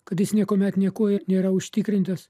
kad jis niekuomet niekuo nėra užtikrintas